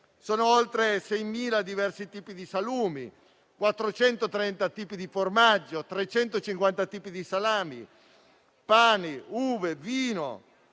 Sono oltre 6.000 i diversi tipi di salumi, 430 i tipi di formaggio, 350 i tipi di salami, pani, uve e vino.